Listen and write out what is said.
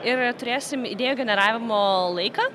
ir turėsim idėjų generavimo laiką